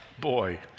Boy